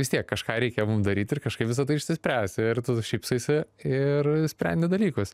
vis tiek kažką reikia daryt ir kažkaip visa tai išsispręs ir tu šypsaisi ir sprendi dalykus